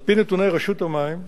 על-פי נתוני רשות המים,